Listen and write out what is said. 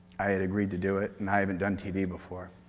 i had agreed to do it and i haven't done tv before.